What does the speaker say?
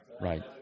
right